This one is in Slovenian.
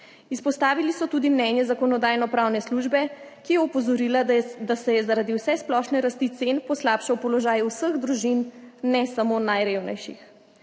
Izpostavili so tudi mnenje Zakonodajno-pravne službe, ki je opozorila, da se je zaradi vsesplošne rasti cen poslabšal položaj vseh družin, ne samo najrevnejših.